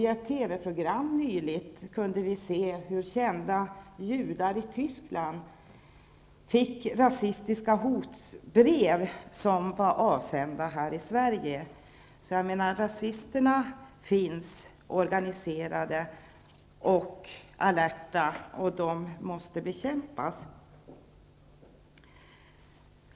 I ett TV-program nyligen kunde vi se hur kända judar i Tyskland fick rasistiska hotbrev, som var avsända från Sverige. Rasisterna finns organiserade och allerta, och de måste bekämpas.